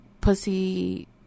pussy